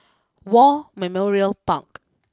War Memorial Park